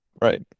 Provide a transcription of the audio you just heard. Right